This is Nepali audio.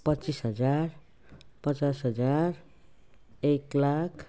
पच्चिस हजार पचास हजार एक लाख